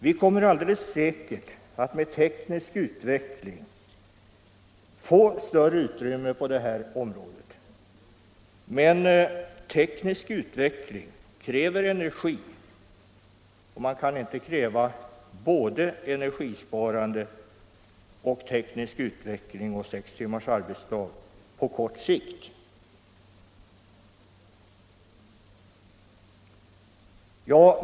Vi kommer alldeles säkert att med teknisk utveckling få större utrymme på det här området, men teknisk utveckling förutsätter tillgång till energi, och man kan inte kräva både energisparande, teknisk utveckling och sex timmars arbetsdag på kort sikt.